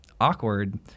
awkward